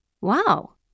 Wow